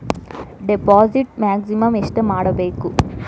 Deposit maximum ಎಷ್ಟು ಮಾಡಬೇಕು?